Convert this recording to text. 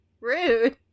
Rude